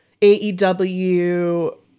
AEW